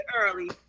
early